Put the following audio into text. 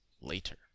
later